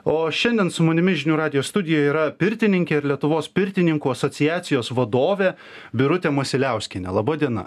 o šiandien su manimi žinių radijo studijoje yra pirtininkė ir lietuvos pirtininkų asociacijos vadovė birutė masiliauskienė laba diena